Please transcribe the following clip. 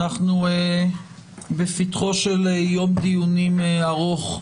אנחנו בפתחו של יום דיונים ארוך,